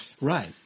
Right